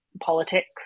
politics